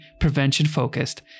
prevention-focused